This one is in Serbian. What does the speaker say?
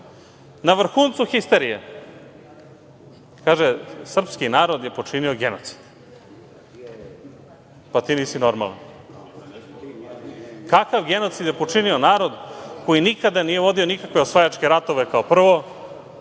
na vrhuncu histerije, kaže, srpski narod je počinio genocid. Pa, ti nisi normalan. Kakav genocid je počinio narod koji nikada nije vodio nikakve osvajačke ratove, kao prvo.